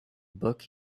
book